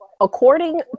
according